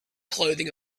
clothing